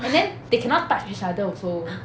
and then they cannot touch each other also